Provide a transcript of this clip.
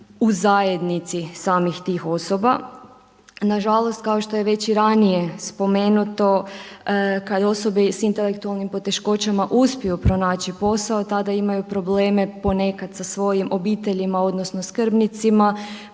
u zajednici samih tih osoba. Nažalost kao što je već i ranije spomenuto kada osobe s intelektualnim poteškoćama uspiju pronaći posao tada imaju probleme ponekad sa svojim obiteljima odnosno skrbnicima